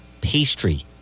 pastry